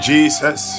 Jesus